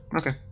Okay